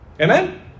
Amen